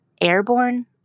airborne